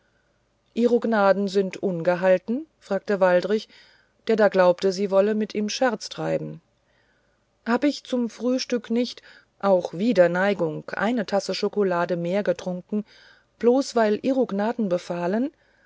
ihro gnaden sind ungehalten fragte waldrich der da glaubte sie wolle mit ihm scherz treiben hab ich zum frühstück nicht auch wider neigung eine tasse schokolade mehr getrunken bloß weil ihro gnaden befahlen